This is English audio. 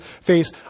face